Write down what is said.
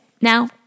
Now